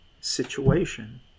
situation